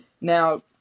now